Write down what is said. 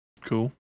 Cool